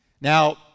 Now